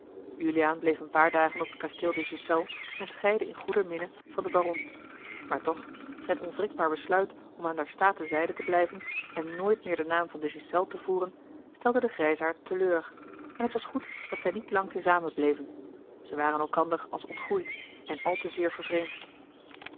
juliaan bleef een paar dagen op het kasteel de ghiselles en scheidde in goeder minne van den baron maar toch zijn onwrikbaar besluit om aan der staten zijde te blijven en nooit meer den naam van de ghiselles te voeren stelde den grijsaard te leur en het was goed dat zij niet lang te zamen bleven zij waren elkander als ontgroeid en al te zeer vervreemd